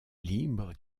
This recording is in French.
libre